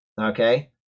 okay